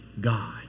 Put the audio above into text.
God